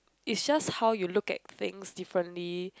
it's just how you look at things differently